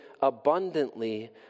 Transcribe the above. abundantly